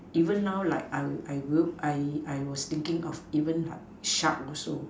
even now like I would I will I I was thinking of even like shark also